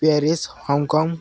Paris Hong Kong